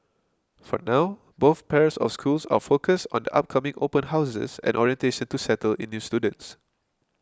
for now both pairs of schools are focused on the upcoming open houses and orientation to settle in new students